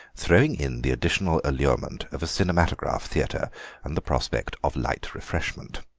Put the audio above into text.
throwing in the additional allurement of a cinematograph theatre and the prospect of light refreshment.